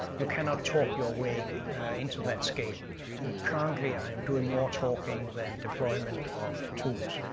you cannot talk your way into that scale and currently i am doing more talking than deployment of tools,